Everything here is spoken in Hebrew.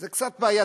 זה קצת בעייתי,